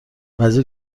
وزیر